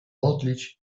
modlić